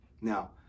Now